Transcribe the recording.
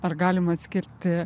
ar galima atskirti